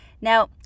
Now